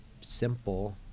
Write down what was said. simple